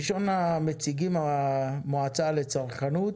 ראשונת המציגים היא המועצה הישראלית לצרכנות,